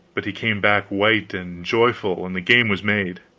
but he came back white and joyful, and the game was made!